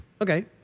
Okay